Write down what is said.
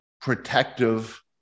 protective